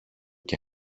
και